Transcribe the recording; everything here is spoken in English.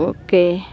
okay